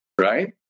right